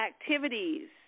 activities